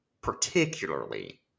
particularly